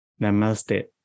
Namaste